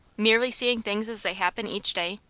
merely seeing things as they happen each day,